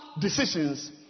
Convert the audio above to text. decisions